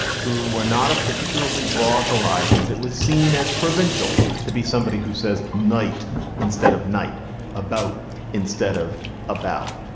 who were not of particularly broad horizons. it was seen as provincial to be somebody who says night instead of night about instead of about.